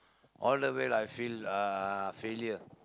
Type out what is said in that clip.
all the way lah I feel uh failure